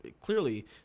clearly